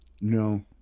no